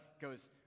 goes